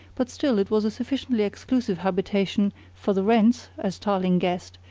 but still it was a sufficiently exclusive habitation for the rents, as tarling guessed,